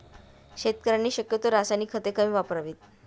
शेतकऱ्यांनी शक्यतो रासायनिक खते कमी वापरावीत